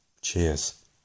Cheers